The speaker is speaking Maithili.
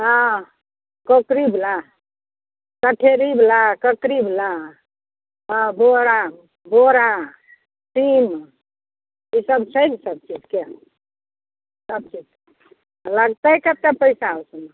हँ ककड़ी बला चठेली बला ककड़ी बला हँ बोरा बोरा सीम ईसब छै ने सबचीजके सबचीज लगतै कते पैसा ओहि सबमे